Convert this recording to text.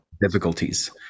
difficulties